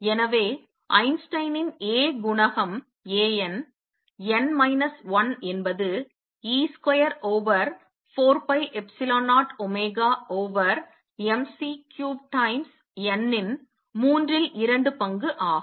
எனவே ஐன்ஸ்டீனின் A குணகம் A n n மைனஸ் 1 என்பது e square over 4 pi epsilon 0 omega over m C cubed times n இன் மூன்றில் இரண்டு பங்கு ஆகும்